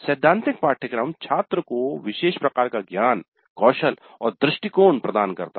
सैद्धांतिक पाठ्यक्रम छात्र को विशेष प्रकार का ज्ञान कौशल और दृष्टिकोण प्रदान करता है